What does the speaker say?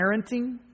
parenting